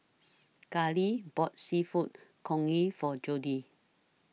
Kali bought Seafood Congee For Jody